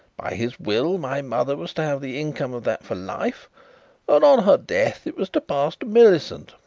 by his will my mother was to have the income of that for life and on her death it was to pass to millicent,